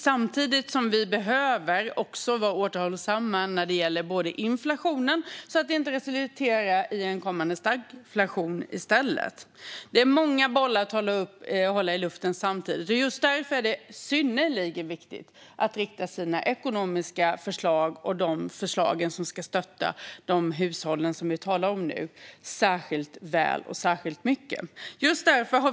Samtidigt behöver vi vara återhållsamma när det gäller inflationen, så att det inte resulterar i stagflation i stället. Det är många bollar att hålla i luften samtidigt. Just därför är det synnerligen viktigt att rikta de ekonomiska förslagen och de förslag som ska stötta de hushåll vi nu talar om särskilt väl och särskilt mycket.